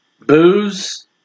booze